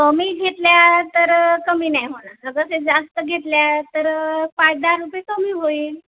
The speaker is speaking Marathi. कमी घेतले तर कमी नाही होणार तर कसे जास्त घेतले तर पाच दहा रुपये कमी होईल